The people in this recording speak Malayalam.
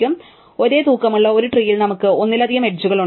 അതിനാൽ ഒരേ തൂക്കമുള്ള ഒരു ട്രീൽ നമുക്ക് ഒന്നിലധികം എഡ്ജുകളുണ്ട്